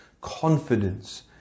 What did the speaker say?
confidence